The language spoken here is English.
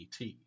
ET